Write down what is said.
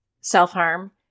self-harm